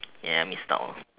ya I missed out